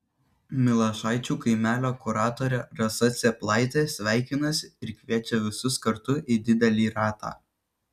milašaičių kaimelio kuratorė rasa cėplaitė sveikinasi ir kviečia visus kartu į didelį ratą